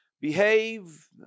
behave